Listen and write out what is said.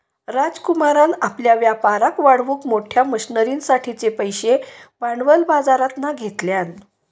राजकुमारान आपल्या व्यापाराक वाढवूक मोठ्या मशनरींसाठिचे पैशे भांडवल बाजरातना घेतल्यान